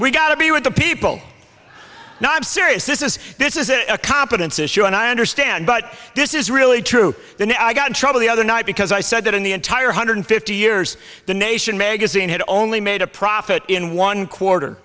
we got to be with the people no i'm serious this is this is a competence issue and i understand but this is really true then i got in trouble the other night because i said that in the entire hundred fifty years the nation magazine had only made a profit in one quarter